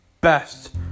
best